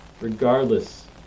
Regardless